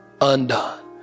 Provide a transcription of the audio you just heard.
undone